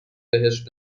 بهشت